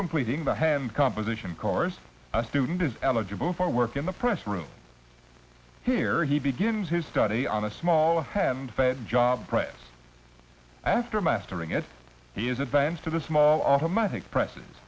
completing the hand composition course a student is eligible for work in the press room here he begins his study on a small hand job press after mastering it he is advanced to the small automatic pr